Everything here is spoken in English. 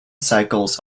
cycles